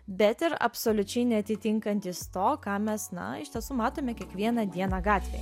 bet ir absoliučiai neatitinkantys to ką mes na iš tiesų matome kiekvieną dieną gatvėje